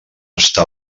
està